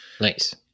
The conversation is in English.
Nice